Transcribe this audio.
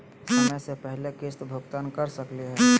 समय स पहले किस्त भुगतान कर सकली हे?